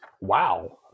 Wow